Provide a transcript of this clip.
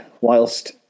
whilst